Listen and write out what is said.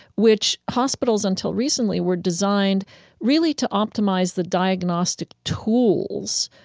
which hospitals until recently were designed really to optimize the diagnostic tools,